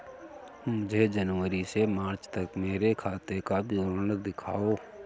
मुझे जनवरी से मार्च तक मेरे खाते का विवरण दिखाओ?